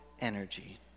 energy